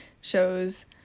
shows